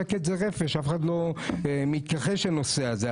שקט זה רפש, אף אחד לא מתכחש לנושא הזה.